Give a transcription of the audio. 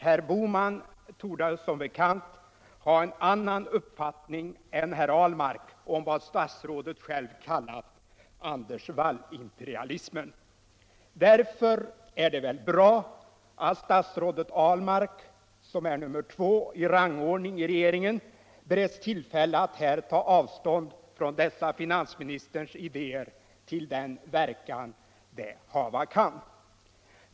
Herr Bohman torde som bekant ha en annan uppfattning än herr Ahlmark om vad statsrådet själv kallat Anders Wull-imperialismen. Därför är det bra att statsrådet Ahlmark. som är nummer två i rangordningen inom regeringen, berets tillfälle att här ta avstånd från dessa finansministerns idéer, ull den verkan det hava kan.